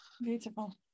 Beautiful